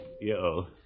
Yo